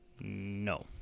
No